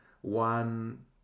one